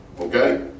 okay